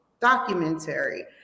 documentary